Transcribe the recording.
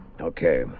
Okay